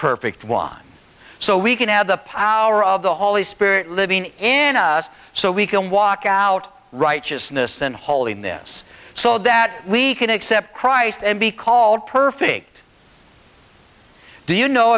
perfect one so we can have the power of the holy spirit living in us so we can walk out righteousness and holiness so that we can accept christ and be called perfect do you know